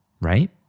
right